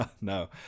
No